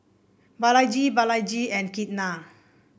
Balaji Balaji and Ketna